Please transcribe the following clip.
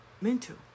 mental